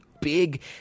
big